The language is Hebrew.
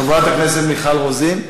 חברת הכנסת מיכל רוזין,